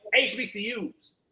HBCUs